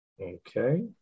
okay